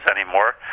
anymore